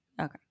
Okay